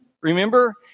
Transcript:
remember